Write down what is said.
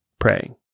praying